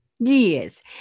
Yes